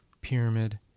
pyramid